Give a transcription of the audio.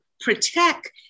protect